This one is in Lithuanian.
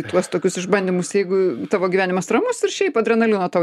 į tuos tokius išbandymus jeigu tavo gyvenimas ramus ir šiaip adrenalino tau